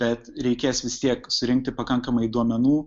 bet reikės vis tiek surinkti pakankamai duomenų